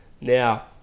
Now